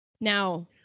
Now